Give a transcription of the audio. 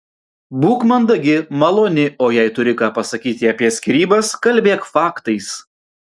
būk mandagi maloni o jei turi ką pasakyti apie skyrybas kalbėk faktais